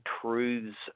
truths